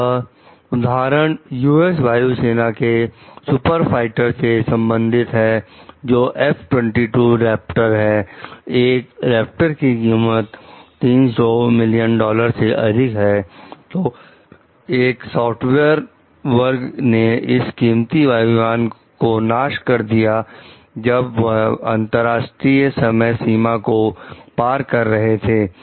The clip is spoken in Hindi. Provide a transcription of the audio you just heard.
यह उदाहरण यूएस वायु सेना के सुपर फाइटर से संबंधित है जो F 22 "रैपटर" है एक रैपटर की कीमत 300 मिलियन डॉलर से अधिक है तो एक सॉफ्टवेयर वर्ग ने इस कीमती वायुयान को नाश कर दिया जब वह अंतरराष्ट्रीय समय सीमा को पार कर रहे थे